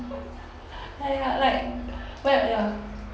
ah ya like like ya